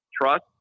trust